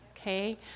okay